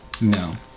No